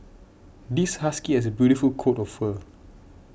this husky has a beautiful coat of fur